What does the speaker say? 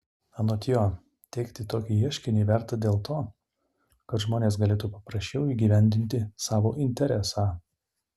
anot jo teikti tokį ieškinį verta dėl to kad žmonės galėtų paprasčiau įgyvendinti savo interesą